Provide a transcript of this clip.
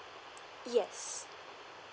yes